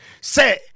Say